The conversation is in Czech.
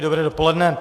Dobré dopoledne.